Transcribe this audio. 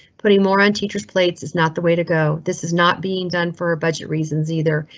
putting more on teachers plates is not the way to go. this is not being done for budget reasons either.